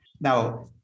Now